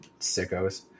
sickos